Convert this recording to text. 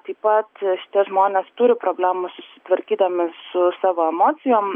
taip pat tie žmonės turi problemų susitvarkydami su savo emocijom